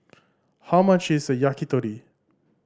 how much is Yakitori